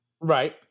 Right